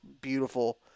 beautiful